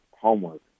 Homework